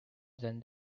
than